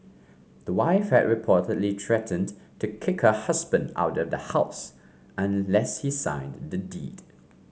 the wife had reportedly threatened to kick her husband out of the house unless he signed the deed